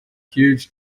huge